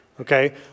okay